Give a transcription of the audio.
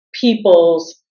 people's